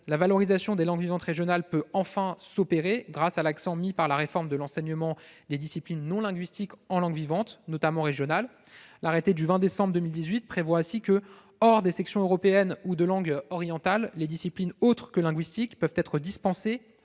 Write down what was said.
La valorisation des langues vivantes régionales peut enfin s'opérer grâce à l'accent mis par la réforme sur l'enseignement des disciplines non linguistiques en langue vivante, notamment régionale. L'arrêté du 20 décembre 2018 prévoit ainsi que, hors des sections européennes ou de langue orientale, les disciplines autres que linguistiques peuvent être dispensées